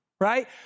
right